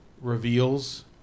Reveals